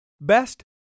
Best